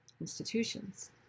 institutions